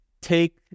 take